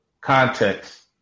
context